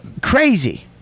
Crazy